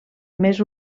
més